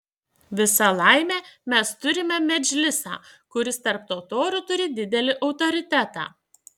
visa laimė mes turime medžlisą kuris tarp totorių turi didelį autoritetą